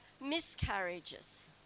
miscarriages